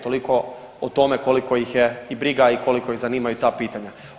Toliko o tome koliko ih je i briga i koliko ih zanimaju ta pitanja.